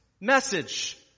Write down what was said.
Message